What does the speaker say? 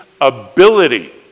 ability